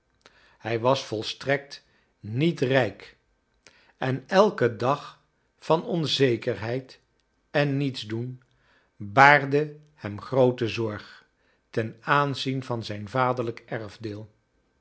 hij was volstrekt niet rijk en elke dag van onzekerheid en nietsdoen baarde hem groote zorg ten aanzien van zijn vaderlijk erfdeel